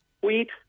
wheat